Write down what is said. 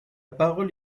parole